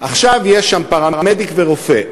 עכשיו יש שם פרמדיק ורופא.